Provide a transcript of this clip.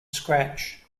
scratch